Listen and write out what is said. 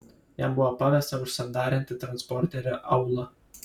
jam buvo pavesta užsandarinti transporterio aulą